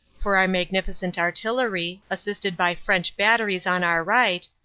for our magnificent artillery assisted by french batteries on our right,